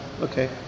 Okay